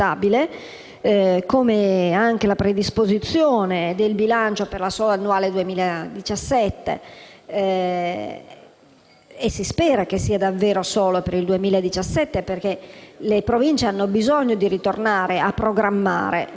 e si spera che sia davvero solo per il 2017, perché le Province hanno bisogno di ritornare a programmare nel lungo periodo. Possono applicare per il 2017 l'avanzo libero destinato nel bilancio di previsione,